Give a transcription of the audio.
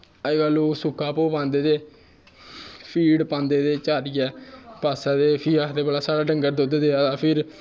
अज्ज कल्ल लोग सुक्का भो पांदे ते फीट पांदे ते चारियै पास्सै ते फ्ही आखदे भला साढ़ा डंगर दुद्ध देआ दा फिर